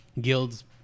guilds